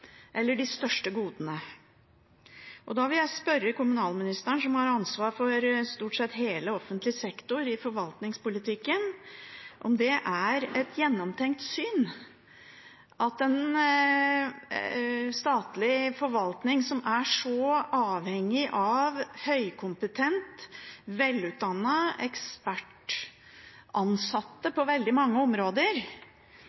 eller de største godene. Da vil jeg spørre kommunalministeren, som har ansvar for stort sett hele offentlig sektor i forvaltningspolitikken, om det er et gjennomtenkt syn at det i statlig forvaltning, som er så avhengig av høykompetente, velutdannete ekspertansatte